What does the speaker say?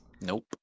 Nope